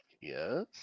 Yes